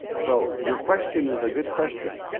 so your question is a good question,